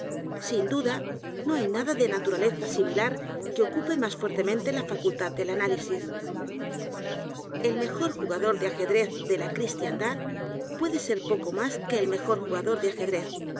sin duda no hay nada de naturaleza similar que ocupe más fuertemente la facultad del análisis el mejor j u g a d o r de ajedrez de la cristiandad puede ser poco más que el mejor jugador de ajedrez